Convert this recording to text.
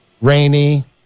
rainy